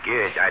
Good